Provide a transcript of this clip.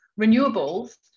renewables